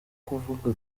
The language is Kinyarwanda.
kuvuga